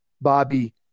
Bobby